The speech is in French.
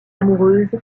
amoureuse